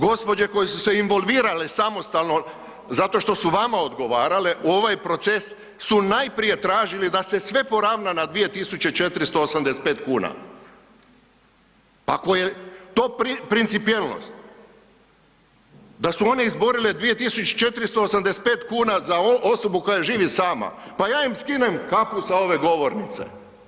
Gospođe koje su se involvirale samostalno zato što su vama odgovarale, u ovaj proces su najprije tražili da se sve poravna na 2.485,00 kn, pa ako je to principijelnost da su one izborile 2.485,00 kn za osobu koja živi sama, pa ja im skinem kapu sa ove govornice.